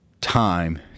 time